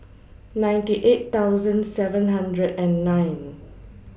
ninety eight thousand seven hundred and nine